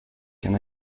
can